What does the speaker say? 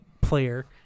player